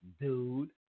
Dude